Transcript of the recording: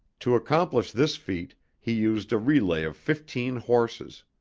to accomplish this feat, he used a relay of fifteen horses.